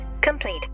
complete